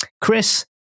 Chris